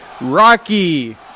Rocky